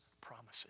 promises